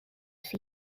see